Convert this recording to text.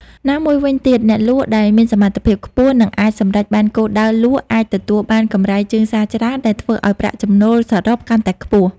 ណាមួយវីញទៀត អ្នកលក់ដែលមានសមត្ថភាពខ្ពស់ និងអាចសម្រេចបានគោលដៅលក់អាចទទួលបានកម្រៃជើងសារច្រើន ដែលធ្វើឱ្យប្រាក់ចំណូលសរុបកាន់តែខ្ពស់។